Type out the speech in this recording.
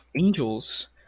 Angels